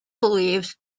believed